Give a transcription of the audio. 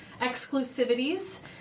exclusivities